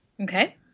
Okay